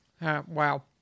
Wow